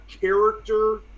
character